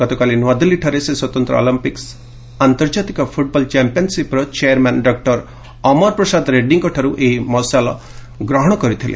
ଗତକାଲି ନ୍ତଆଦିଲ୍ଲୀଠାରେ ସେ ସ୍ୱତନ୍ତ୍ର ଅଲମ୍ପିକ୍ ଆନ୍ତର୍ଜାତିକ ଫୁଟ୍ବଲ୍ ଚାମ୍ପିୟନ୍ସିପ୍ର ଚେୟାରମ୍ୟାନ୍ ଡକ୍ର ଅମରପ୍ରସାଦ ରେଡ୍ଭୀଙ୍କଠାରୁ ଏହି ମଶାଲ ଗ୍ରହଣ କରିଥିଲେ